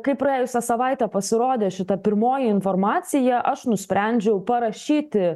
kai praėjusią savaitę pasirodė šita pirmoji informacija aš nusprendžiau parašyti